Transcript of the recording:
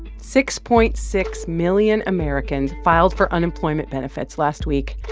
six point six million americans filed for unemployment benefits last week.